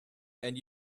and